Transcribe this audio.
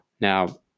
Now